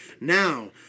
Now